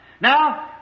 Now